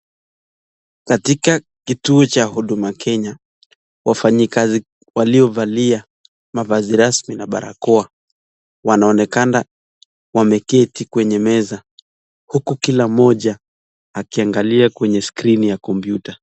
Katika kituo cha Huduma Kenya wafanyikazi waliovalia mavazi rasmi na barakoa ,wanaonekana wameketi kwenye meza huku kila mmoja akiangalia kwenye skrini ya komputa.